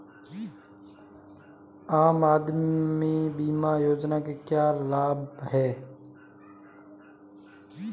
आम आदमी बीमा योजना के क्या लाभ हैं?